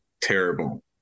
terrible